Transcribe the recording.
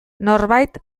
norbait